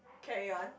carry on